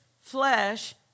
flesh